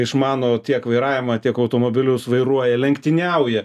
išmano tiek vairavimą tiek automobilius vairuoja lenktyniauja